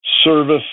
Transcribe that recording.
service